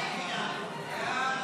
40, כהצעת הוועדה,